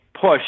push